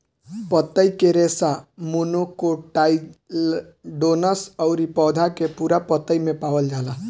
पतई के रेशा मोनोकोटाइलडोनस अउरी पौधा के पूरा पतई में पावल जाला